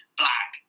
black